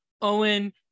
Owen